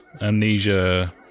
Amnesia